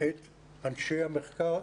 את אנשי המחקר,